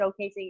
showcasing